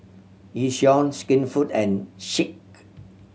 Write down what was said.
Yishion Skinfood and Schick